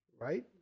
right